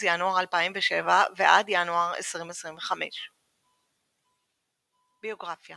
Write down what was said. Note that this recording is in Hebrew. ינואר 2007 ועד ינואר 2025. ביוגרפיה